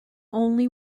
only